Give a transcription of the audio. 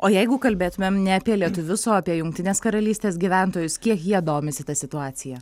o jeigu kalbėtumėm ne apie lietuvius o apie jungtinės karalystės gyventojus kiek jie domisi ta situacija